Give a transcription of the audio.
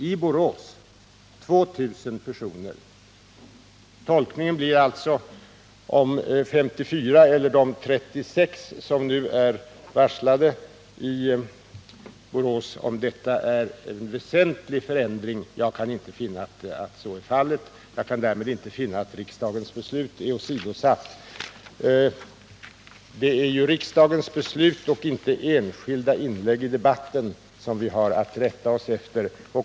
Frågan är alltså om varslet för de 54 eller 36 i Borås innebär en väsentlig förändring. Jag kan inte finna att så är fallet och därmed kan jag inte heller se att riksdagens beslut har blivit åsidosatt. Det är ju riksdagens beslut och inte enskilda inlägg i debatten som vi har att rätta oss efter.